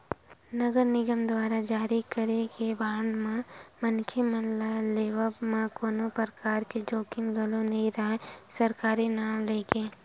नगर निगम दुवारा जारी करे गे बांड म मनखे मन ल लेवब म कोनो परकार के जोखिम घलो नइ राहय सरकारी के नांव लेके